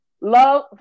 love